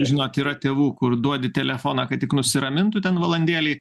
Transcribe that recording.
žinot yra tėvų kur duodi telefoną kad tik nusiramintų ten valandėlei